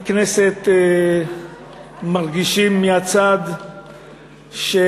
בכנסת, מרגישים, מהצד של